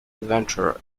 adventurer